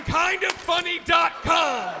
kindoffunny.com